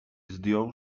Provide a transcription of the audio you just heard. zdjął